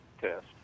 test